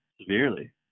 severely